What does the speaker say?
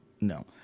No